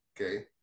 okay